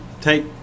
take